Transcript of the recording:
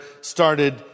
started